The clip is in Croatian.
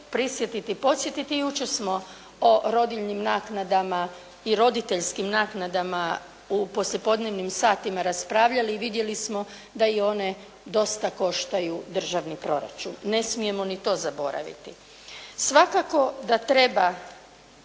prisjetiti i podsjetiti, jučer smo o rodiljnim naknadama i roditeljskim naknadama u poslijepodnevnim satima raspravljali i vidjeli smo da i one dosta koštaju državni proračun. Ne smijemo ni to zaboraviti. Svakako da treba